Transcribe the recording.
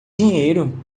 dinheiro